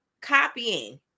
copying